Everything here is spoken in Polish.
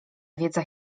wiedza